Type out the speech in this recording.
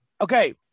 okay